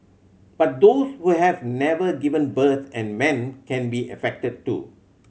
but those who have never given birth and men can be affected too